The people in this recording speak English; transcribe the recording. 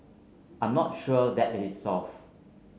I'm not sure that it is solved